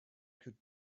could